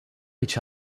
each